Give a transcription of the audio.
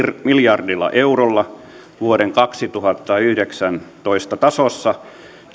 miljardilla eurolla vuoden kaksituhattayhdeksäntoista tasossa